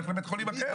הולך לבית חולים אחר.